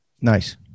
Nice